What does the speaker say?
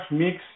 mix